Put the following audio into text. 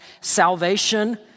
Salvation